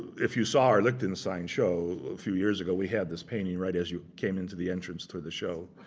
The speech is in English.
if you saw our lichtenstein show a few years ago, we had this painting right as you came into the entrance to the show.